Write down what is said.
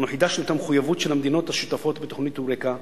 אנו חידשנו את המחויבות של המדינות השותפות בתוכנית "יוריקה"